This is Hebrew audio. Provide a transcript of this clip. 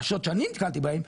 כל השיטות שאני נתקלתי בהם,